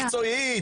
מקצועית,